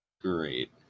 great